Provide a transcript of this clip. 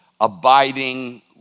abiding